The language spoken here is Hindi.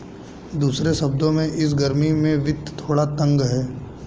दूसरे शब्दों में, इस गर्मी में वित्त थोड़ा तंग है